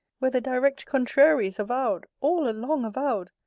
where the direct contrary is avowed, all along avowed,